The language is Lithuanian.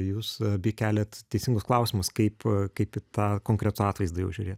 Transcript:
jūs abi keliat teisingus klausimus kaip kaip į tą konkretų atvaizdą jau žiūrėt